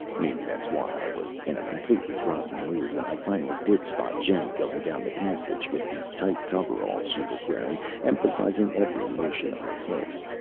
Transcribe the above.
maybe that's why i was in a completely rotten mood when i finally did spot jenny going down the passage, with the tight coveralls she was wearing emphasizing every motion of her hips.